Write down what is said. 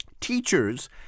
teachers